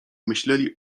myśleli